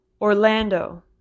Orlando